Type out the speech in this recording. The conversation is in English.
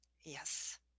Yes